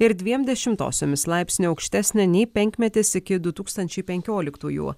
ir dviem dešimtosiomis laipsnio aukštesnė nei penkmetis iki du tūkstančiai penkioliktųjų